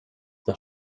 das